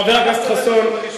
חבר הכנסת חסון,